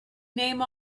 name